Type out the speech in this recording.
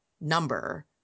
number